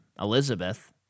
Elizabeth